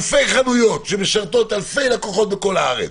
אלפי חנויות שמשרתות אלפי לקוחות בכל הארץ